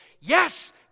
Yes